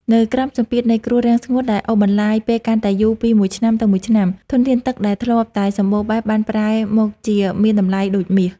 នៅក្រោមសម្ពាធនៃគ្រោះរាំងស្ងួតដែលអូសបន្លាយពេលកាន់តែយូរពីមួយឆ្នាំទៅមួយឆ្នាំ ធនធានទឹកដែលធ្លាប់តែសម្បូរបែបបានប្រែមកជាមានតម្លៃដូចមាស។